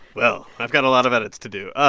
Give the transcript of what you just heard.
well, i've got a lot of edits to do ah